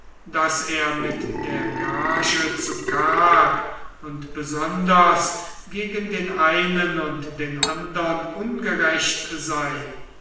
daß er mit der gage zu karg und besonders gegen den einen und den andern ungerecht sei